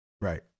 Right